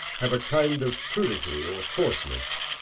have a kind of crudity or coarseness.